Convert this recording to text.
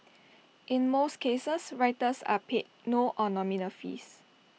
in most cases writers are paid no or nominal fees